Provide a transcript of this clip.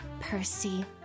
Percy